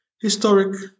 historic